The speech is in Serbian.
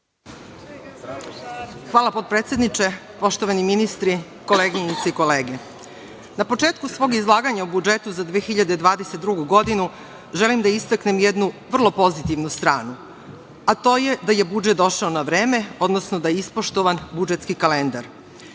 Hvala, potpredsedniče. Poštovani ministri, koleginice i kolege, na početku svog izlaganja o budžetu za 2022. godinu želim da istaknem jednu vrlo pozitivnu stranu, a to je da je budžet došao na vreme, odnosno da je ispoštovan budžetski kalendar.